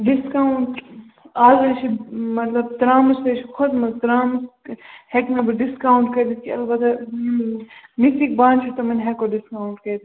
discount آز حظ چھُ مَطلَب ترٛامَس حظ چھُ کھوٚتمُت ترٛامَس ہیٚکہٕ نہٕ بہٕ ڈِسکونٛٹ کٔرِتھ کیٚنٛہہ البتہ یِم مِسِک بانہٕ چھِ تِمن ہیٚکو ڈِسکونٛٹ کٔرِتھ